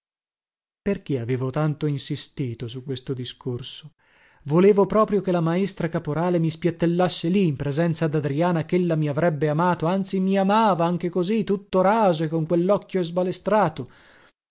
faccia perché avevo tanto insistito su questo discorso volevo proprio che la maestra caporale mi spiattellasse lì in presenza dadriana chella mi avrebbe amato anzi mi amava anche così tutto raso e con quellocchio sbalestrato